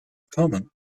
common